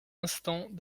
instant